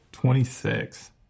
Twenty-six